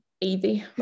easy